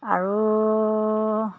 আৰু